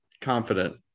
confident